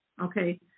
okay